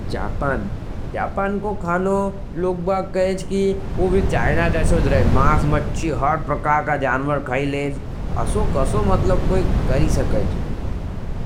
Japan, Japan को खानो लोगबाग कहेज। कि वो भी चायना दैसे जरेज, मास, मच्ची, हर प्रकार का जानवर खाई लेज, असो कसो मतलब कोई करी सकेज,